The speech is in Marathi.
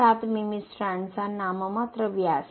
7 मिमी स्ट्रँडचा नाममात्र व्यास 12